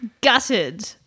gutted